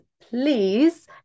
please